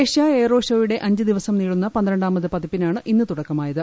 Asia aero ഷോയുടെ അഞ്ച് ദിവസം നീളുന്ന പന്ത്രണ്ടാമത് പതിപ്പിനാണ് ഇന്ന് തുടക്കമായത്